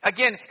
Again